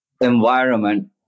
environment